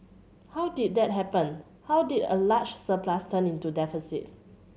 how did that happen how did a large surplus turn into deficit